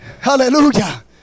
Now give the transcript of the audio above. Hallelujah